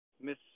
miss